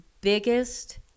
biggest